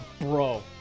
Bro